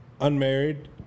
Unmarried